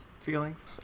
feelings